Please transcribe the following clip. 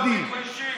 לא מתביישים.